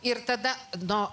ir tada nu